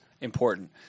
important